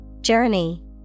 Journey